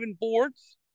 boards